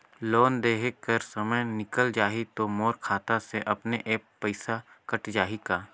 Loan देहे कर समय निकल जाही तो मोर खाता से अपने एप्प पइसा कट जाही का?